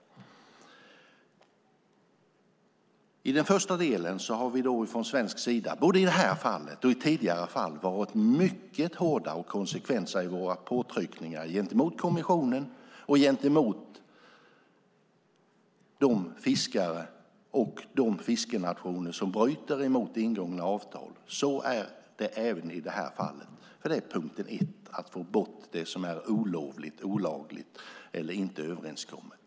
I den första delen har vi från svensk sida både i detta och tidigare fall varit mycket hårda och konsekventa i våra påtryckningar gentemot kommissionen och gentemot de fiskare och fiskenationer som bryter mot ingångna avtal. Så är det även i detta fall. Det är punkt ett: att få bort det som är olovligt, olagligt eller inte överenskommet.